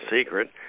secret